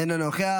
אינו נוכח.